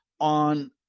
on